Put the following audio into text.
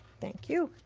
thank you.